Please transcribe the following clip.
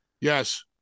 Yes